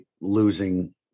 losing